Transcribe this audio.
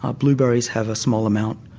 ah blueberries have a small amount,